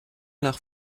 nach